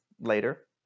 later